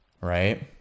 right